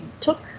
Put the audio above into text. took